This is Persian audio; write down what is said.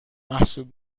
محسوب